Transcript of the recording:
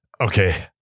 okay